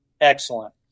excellent